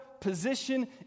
position